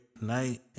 night